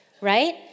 right